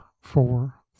four